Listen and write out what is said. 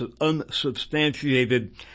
unsubstantiated